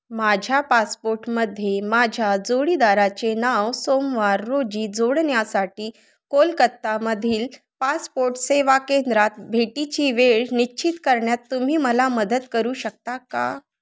माझ्या पासपोटमध्ये माझ्या जोडीदाराचे नाव सोमवार रोजी जोडण्यासाठी कोलकत्तामधील पासपोट सेवा केंद्रात भेटीची वेळ निश्चित करण्यात तुम्ही मला मदत करू शकता का